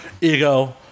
Ego